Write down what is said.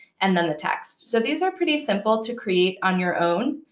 and then the text. so these are pretty simple to create on your own,